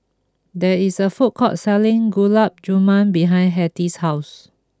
there is a food court selling Gulab Jamun behind Hetty's house